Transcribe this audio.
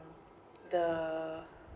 the